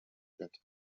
bett